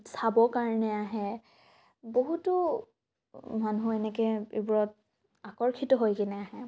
চাব কাৰণে আহে বহুতো মানুহ এনেকৈ এইবোৰত আকৰ্ষিত হৈ কিনে আহে